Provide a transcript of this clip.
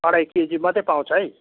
अढाई केजी मात्रै पाउँछ है